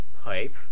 Pipe